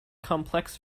complex